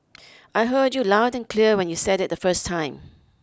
I heard you loud and clear when you said it the first time